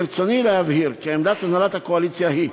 ברצוני להבהיר כי עמדת הנהלת הקואליציה היא,